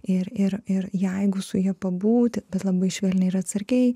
ir ir ir jeigu su ja pabūti bet labai švelniai ir atsargiai